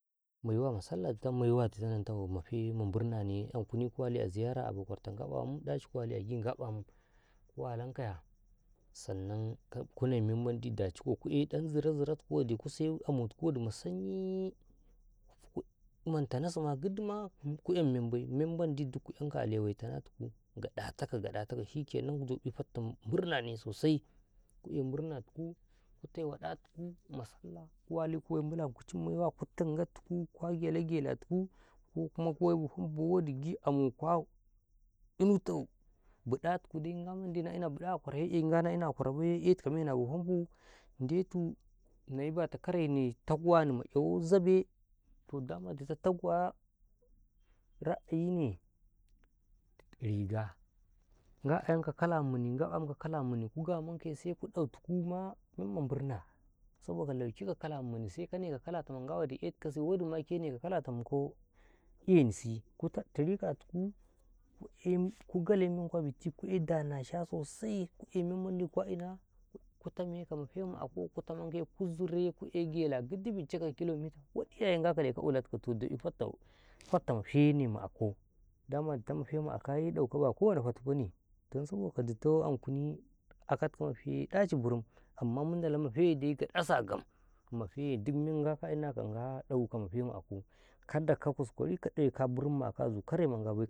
Maiwama sallah ditoh manta mafema akaw ankuni ku wali a ziyara aboh kwarta ngwaƃam ɗachi ku wali aboh kwarta ngwaƃam ku walankaya sannan sekunai memandi dachikaw ku'yai ziraw-zirawtuku wadi kusai amutuku wadi ma sanyi ku mantanasima gidi ka'iyam membai, memmandi dikku 'yankaw a lewuntana tuku gaɗatakaw-gaɗatakaw shikenan do eyi fatta murna tuku kutai wada tuku kutai waɗa tuku ma sallah ku wali kuwai nƃilama kuchi maiwa kutingatuku kwa gilagila tuku ko kuma kuwai biwadi gii amukwa inuta biɗa tuku dai ngwa mandi na'ina biɗa a kwaraye ƙyei ngwana ina a kwarabaiye etu menni aboh famho ndetu nai bata taguwani ma ƙyawa zame toh dama ditoh taguwa ra'ayine ma riga ngwa'yam ka kalata muni ngwaƃam ka kalata muni ku gamamkaye seku ɗautuku ma memma murna saboka laukeka kalata muni seka neka kalatama ngwawadi etikasi wadi make nekaw kalata muko enisi ku tattari katu ku'yai ku gale menku abiti ku'yai danasha sosai ku'yai memandi kwala ina ku tame ka murna ku tamenkaye ku zure kuƙyei gela gidi biche ka kilometa wadi yaye ngwa kalekaw ulawtukaw toh daƙyu fatta mafene ma akaw dama ditoh fatta mafema akaw ai ɗauko ko wana mati bane dan saboka ditoh anfani akaw tuko mafeye ɗachi burin amma mu ndalaw mefeyi dai gaɗasi agam mafeyi dite ngwa memman ka ina ka ngwa ɗawu ka mafem a akaw kaddau ka yardi ka ɗawe ka birin ma akaw azu kare ma ngwa bai.